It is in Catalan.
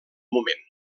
moment